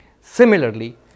Similarly